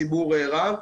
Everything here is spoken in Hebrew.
ציבור רב.